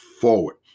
forward